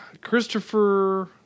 Christopher